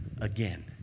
again